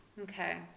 Okay